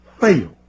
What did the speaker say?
fail